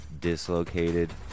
dislocated